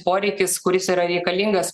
poreikis kuris yra reikalingas